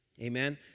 Amen